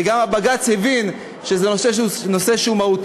וגם בג"ץ הבין שזה נושא מהותי,